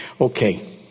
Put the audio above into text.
Okay